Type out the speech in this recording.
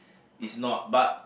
is not but